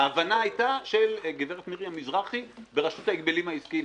ההבנה הייתה של גברת מרים מזרחי ברשות ההגבלים העסקיים,